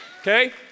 Okay